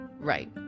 right